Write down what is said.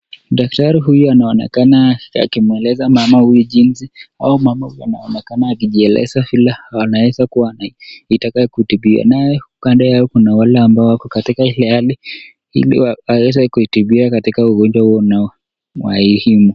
Daktari huyu anaonekana akimueleza mama huyu jinsi au mama huyu anaonekana akijieleza vile anaweza kuwa akitaka kutibiwa. Naye kando yao kuna wale ambao wako katika ile hali ili aweze kutibiwa katika ugonjwa huo unao wa muhimu.